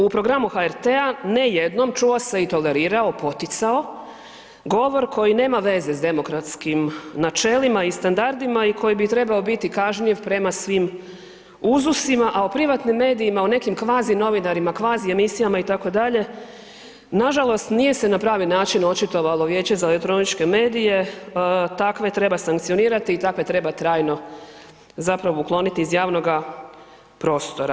U programu HRT-a ne jednom čuo se i tolerirao, poticao govor koji nema veze s demokratskim načelima i standardima i koji bi trebao biti kažnjiv prema svim uzusima, a o privatnim medijima, o nekim kvazi novinarima, kvazi emisijama itd. nažalost nije se na pravi način očitovalo Vijeće za elektroničke medije, takve treba sankcionirati i takve treba trajno zapravo ukloniti iz javnoga prostora.